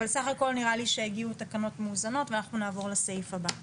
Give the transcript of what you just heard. אבל סך הכול נראה לי שהגיעו תקנות מאוזנות ואנחנו נעבור לסעיף הבא.